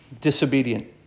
disobedient